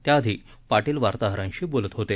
त्याआधी पापील वार्ताहरांशी बोलत होते